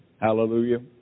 Hallelujah